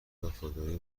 وفاداری